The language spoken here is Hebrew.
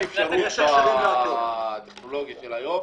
יש אפשרות בטכנולוגיה של היום,